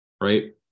Right